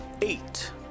Eight